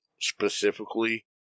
specifically